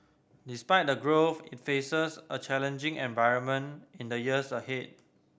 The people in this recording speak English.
despite the growth it faces a challenging environment in the years ahead